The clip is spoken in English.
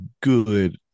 good